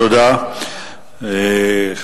תודה רבה.